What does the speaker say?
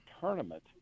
tournament